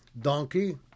donkey